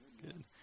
Good